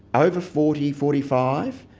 over forty, forty five,